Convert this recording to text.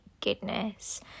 goodness